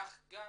כך גם